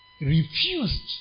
refused